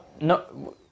no